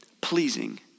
pleasing